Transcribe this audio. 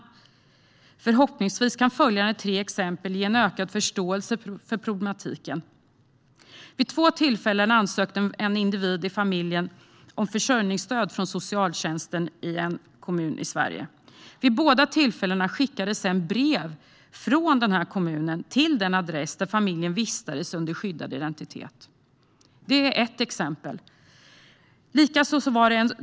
Förhoppningsvis kan följande tre exempel ge en ökad förståelse för problematiken. Vid två tillfällen ansökte en individ i en familj om försörjningsstöd från socialtjänsten i en kommun i Sverige. Vid båda tillfällena skickades sedan brev från denna kommun till den adress där familjen vistades under skyddad identitet. Det är ett exempel.